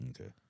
Okay